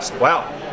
wow